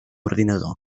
ordinador